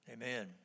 Amen